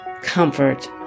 comfort